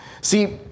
See